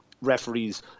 referees